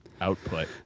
output